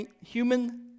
human